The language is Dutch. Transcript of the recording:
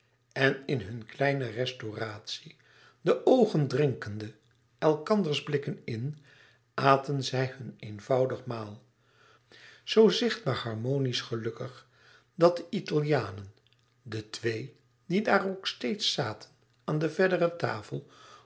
en in hun kleine restauratie de oogen drinkende elkanders blikken in aten zij hun eenvoudig maal zoo zichtbaar harmonisch gelukkig dat de italianen de twee die daar ook steeds zaten aan de verdere tafel